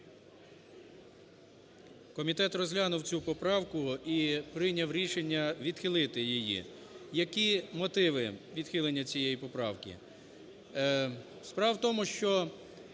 Комітет розглянув цю поправку і прийняв рішення відхилити її. Які мотиви відхилення цієї поправки?